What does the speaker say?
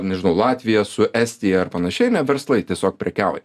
nežinau latvija su estija ar panašiai ane verslai tiesiog prekiauja